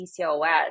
PCOS